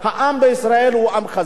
העם בישראל הוא עם חזק,